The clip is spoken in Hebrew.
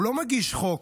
הוא לא מגיש חוק,